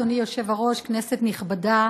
אדוני היושב-ראש, כנסת נכבדה,